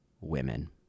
women